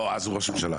אז הוא ראש ממשלה.